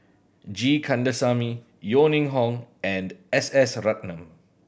G Kandasamy Yeo Ning Hong and S S Ratnam